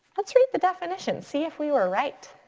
let's read the definition, see if we were right.